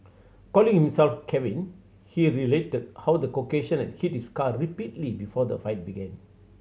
calling himself Kevin he related how the Caucasian had hit his car repeatedly before the fight began